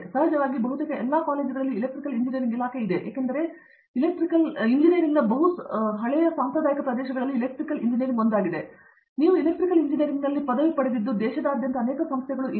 ಸಹಜವಾಗಿ ಬಹುತೇಕ ಎಲ್ಲಾ ಕಾಲೇಜುಗಳಲ್ಲಿ ಎಲೆಕ್ಟ್ರಿಕಲ್ ಇಂಜಿನಿಯರಿಂಗ್ ಇಲಾಖೆಯು ಇದೆ ಏಕೆಂದರೆ ನಿಮಗೆ ತಿಳಿದಿರುವ ಎಂಜಿನಿಯರಿಂಗ್ನ ಸಾಂಪ್ರದಾಯಿಕ ಪ್ರದೇಶಗಳಲ್ಲಿ ಒಂದಾಗಿದೆ ನೀವು ಎಲೆಕ್ಟ್ರಿಕಲ್ ಎಂಜಿನಿಯರಿಂಗ್ನಲ್ಲಿ ಪದವಿ ಪಡೆದಿದ್ದು ದೇಶದಾದ್ಯಂತ ಅನೇಕ ಸಂಸ್ಥೆಗಳು ಇವೆ